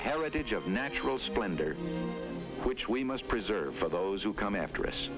heritage of natural splendor which we must preserve for those who come after us